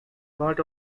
part